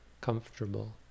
comfortable